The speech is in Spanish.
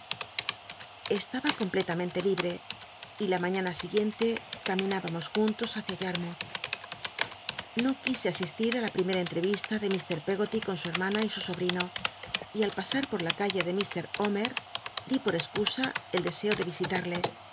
estaba completamente libre y la mañana iguícnte c amimibamos juntos húcia yarmouth no quise asistir á la pl'ímcra entreyista de mr peggoty con su hermana y su sobrino y al pasa r por la calle de f r omcr dí por excusa el deseo de visitnrle